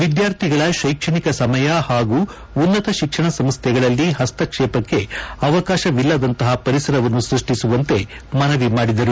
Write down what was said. ವಿದ್ವಾರ್ಥಿಗಳ ಶೈಕ್ಷಣಿಕ ಸಮಯ ಪಾಗೂ ಉನ್ನತ ಶಿಕ್ಷಣ ಸಂಸ್ಥೆಗಳಲ್ಲಿ ಪಸ್ತಕ್ಷೇಪಕ್ಕೆ ಅವಕಾಶವಿಲ್ಲದಂತಪ ಪರಿಸರವನ್ನು ಸೃಷ್ಟಿಸುವಂತೆ ಮನವಿ ಮಾಡಿದರು